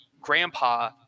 grandpa